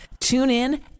TuneIn